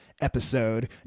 episode